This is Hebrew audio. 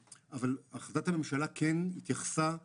החלטת הממשלה כן התייחסה לכך,